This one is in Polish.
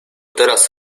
teraz